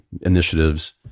initiatives